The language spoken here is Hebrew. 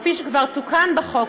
וכפי שכבר תוקן בחוק,